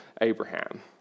Abraham